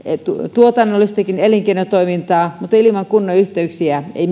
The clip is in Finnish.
tuotannollistakin elinkeinotoimintaa mutta ilman kunnon yhteyksiä ei